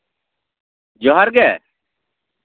ᱡᱚᱦᱟᱨ ᱜᱮ